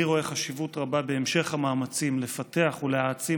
אני רואה חשיבות רבה בהמשך המאמצים לפתח ולהעצים